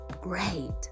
great